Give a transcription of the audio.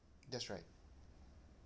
that's right